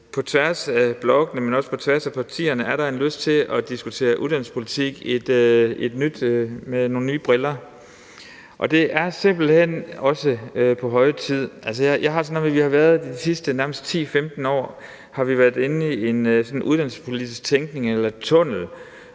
på tværs af blokkene, men også på tværs af partierne er en lyst til at diskutere uddannelsespolitik med nye briller. Det er simpelt hen også på høje tid. Altså, jeg har det, som om vi nærmest de sidste 10-15 år har været inde i sådan en uddannelsespolitisk tænkning eller tunnel,